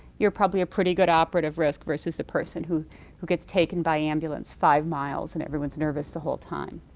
you're probably a pretty good operative risk versus the person who who gets taken by ambulance five miles and everyone's nervous the whole time.